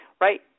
right